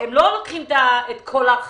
הם לא לוקחים רק את כל האחריות,